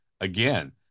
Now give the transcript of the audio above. Again